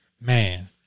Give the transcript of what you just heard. Man